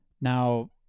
Now